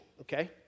okay